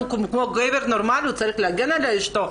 כמו גבר נורמלי הוא צריך להגן על אשתו,